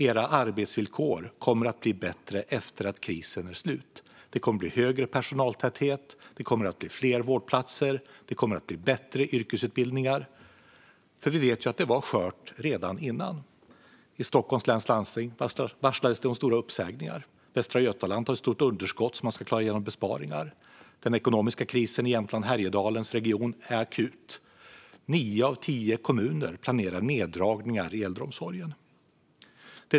Era arbetsvillkor kommer att bli bättre när krisen är över. Det kommer att bli högre personaltäthet. Det kommer att bli fler vårdplatser. Det kommer att bli bättre yrkesutbildningar. Vi vet att det var skört redan innan. I Stockholms läns landsting varslades det om stora uppsägningar. Västra Götaland har ett stort underskott som man ska klara genom besparingar. Den ekonomiska krisen i Region Jämtland Härjedalen är akut. Nio av tio kommuner planerar neddragningar i äldreomsorgen.